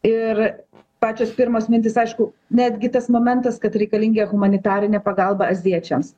ir pačios pirmos mintys aišku netgi tas momentas kad reikalinge humanitarinė pagalba azijiečiams